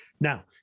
Now